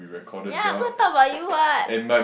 ya go and talk about you what